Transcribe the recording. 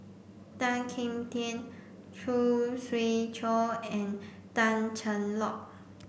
Tan Kim Tian Khoo Swee Chiow and Tan Cheng Lock